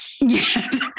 Yes